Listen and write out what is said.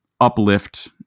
uplift